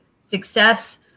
success